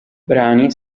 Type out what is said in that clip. brani